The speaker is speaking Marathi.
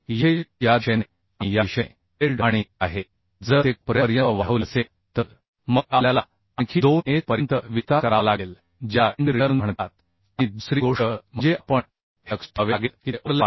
येथे या दिशेने आणि या दिशेने वेल्ड आणि ते आहे जर ते कोपऱ्यापर्यंत वाढवले असेल तर मग आपल्याला आणखी 2S पर्यंत विस्तार करावा लागेल ज्याला एंड रिटर्न म्हणतात आणि दुसरी गोष्ट म्हणजे आपण हे लक्षात ठेवावे लागेल की ते ओव्हरलॅप आहे